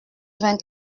vingt